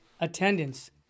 attendance